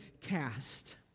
cast